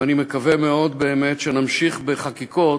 ואני מקווה מאוד, באמת, שנמשיך בחקיקות